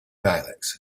dialects